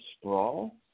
sprawl